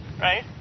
right